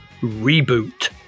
Reboot